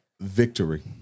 victory